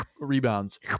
rebounds